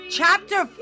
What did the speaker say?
chapter